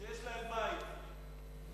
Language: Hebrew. שיש להם בית בפיליפינים.